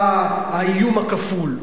שנקרא, האיום הכפול.